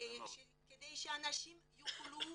כדי שאנשים יוכלו